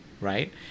right